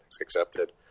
accepted